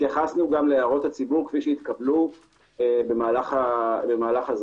התייחסנו גם להערות הציבור כפי שהתקבלו במהלך הזמן.